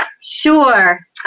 Sure